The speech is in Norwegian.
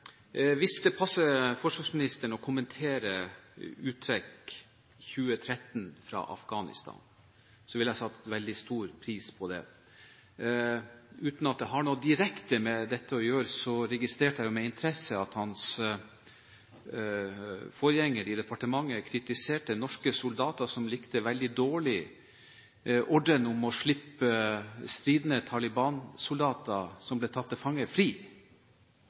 Hvis det passer forsvarsministeren å kommentere uttrekk fra Afghanistan i 2013, ville jeg satt veldig stor pris på det. Uten at det har noe direkte med dette å gjøre, registrerte jeg med interesse at hans forgjenger i departementet kritiserte norske soldater som likte veldig dårlig ordren om å slippe stridende Taliban-soldater som ble tatt til fange, fri.